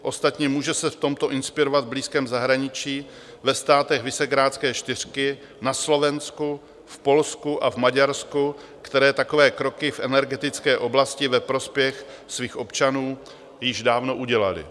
Ostatně může se v tomto inspirovat v blízkém zahraničí, ve státech Visegrádské čtyřky, na Slovensku, v Polsku a v Maďarsku, které takové kroky v energetické oblasti ve prospěch svých občanů již dávno udělaly.